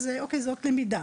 אז אוקיי זו למידה.